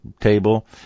table